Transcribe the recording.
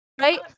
right